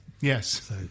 Yes